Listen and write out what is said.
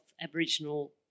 Aboriginal